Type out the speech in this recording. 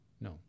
No